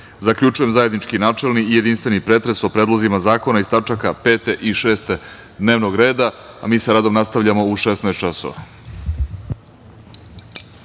zaključujem zajednički načelni i jedinstveni pretres o predlozima zakona iz tačaka 5. i 6. dnevnog reda. Mi sa radom nastavljamo u 16.00